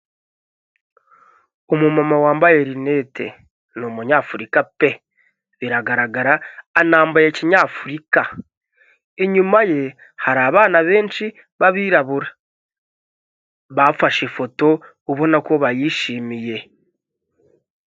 Umumama wambaye rinete ni umunyafurika pe biragaragara anambaye kinyafurika inyuma ye hari abana benshi b'abirabura bafashe ifoto ubona ko bayishimiye.